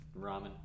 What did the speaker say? ramen